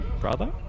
brother